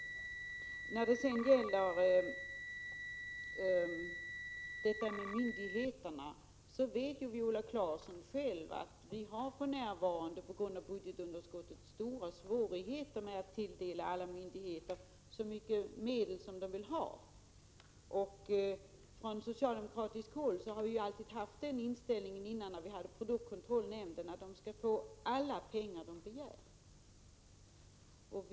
När det gäller myndigheterna vet Viola Claesson att vi för närvarande på grund av budgetunderskottet har stora svårigheter att tilldela alla myndigheter så mycket medel som de vill ha. Från socialdemokratiskt håll hade vi i produktkontrollnämnden genomgående den inställningen att myndigheterna skulle få alla de pengar som de begärde.